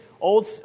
old